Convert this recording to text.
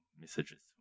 messages